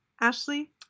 Ashley